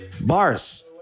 Bars